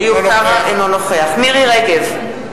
אינו נוכח מירי רגב,